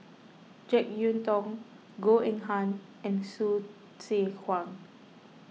Jek Yeun Thong Goh Eng Han and Hsu Tse Kwang